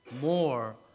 more